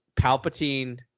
Palpatine